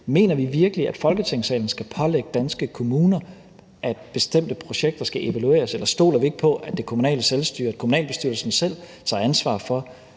mener vi virkelig, at Folketinget skal pålægge danske kommuner, at bestemte projekter skal evalueres, eller stoler vi ikke på, at det kommunale selvstyre, kommunalbestyrelsen selv, tager ansvar for,